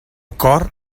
cor